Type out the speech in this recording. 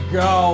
go